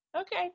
Okay